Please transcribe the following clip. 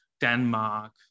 Denmark